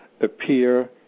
appear